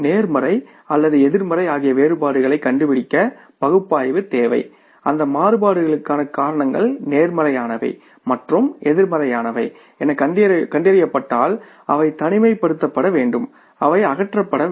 நேர்மறை அல்லது எதிர்மறை ஆகிய வேறுபாடுகளை கண்டுபிடிக்க பகுப்பாய்வு தேவை அந்த மாறுபாடுகளுக்கான காரணங்கள் நேர்மறையானவை மற்றும் எதிர்மறையானவை எனக் கண்டறியப்பட்டால் அவை தனிமைப்படுத்தப்பட வேண்டும் அவை அகற்றப்பட வேண்டும்